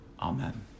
Amen